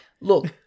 Look